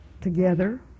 together